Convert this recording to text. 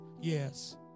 yes